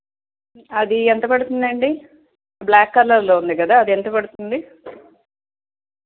అది ఎంత పడుతుంది అండి బ్ల్యాక్ కలర్లో ఉంది కదా అది ఎంత పడుతుంది